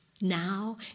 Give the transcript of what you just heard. now